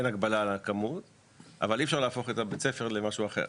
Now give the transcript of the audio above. אין הגבלה על הכמות אבל אי אפשר להפוך את בית הספר למשהו אחר.